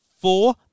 four